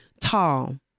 tall